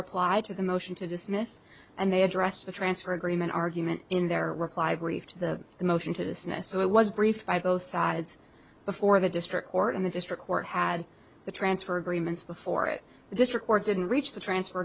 reply to the motion to dismiss and they addressed the transfer agreement argument in their reply brief to the motion to dismiss so it was briefed by both sides before the district court and the district court had the transfer agreements before it this record didn't reach the transfer